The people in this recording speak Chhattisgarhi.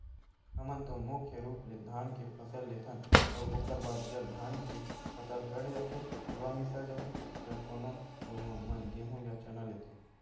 हमन तो मुख्य रुप ले धान के फसल लेथन अउ ओखर बाद जब धान के फसल कट जाथे लुवा मिसा जाथे त कोनो कोनो मन गेंहू या चना लेथे